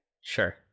Sure